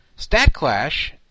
StatClash